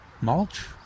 mulch